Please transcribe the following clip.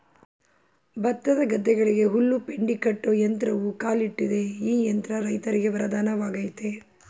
ಭತ್ತದ ಗದ್ದೆಗಳಿಗೆ ಹುಲ್ಲು ಪೆಂಡಿ ಕಟ್ಟೋ ಯಂತ್ರವೂ ಕಾಲಿಟ್ಟಿದೆ ಈ ಯಂತ್ರ ರೈತರಿಗೆ ವರದಾನವಾಗಯ್ತೆ